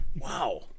wow